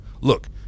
Look